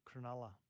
Cronulla